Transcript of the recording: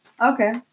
Okay